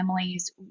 families